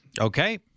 Okay